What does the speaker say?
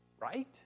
right